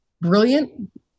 brilliant